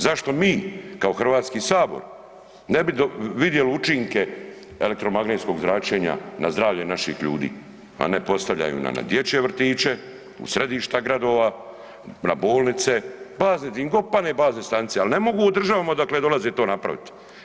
Zašto mi kao Hrvatski sabor ne bi vidjeli učinke elektromagnetskog zračenja na zdravlje naših ljudi a ne postavljaju na dječje vrtiće, u središta gradova, na bolnice, di im god padne bazne stanice ali ne mogu u državama odakle dolaze to napravit.